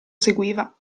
seguiva